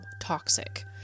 toxic